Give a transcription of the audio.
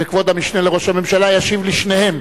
וכבוד המשנה לראש הממשלה ישיב לשניהם,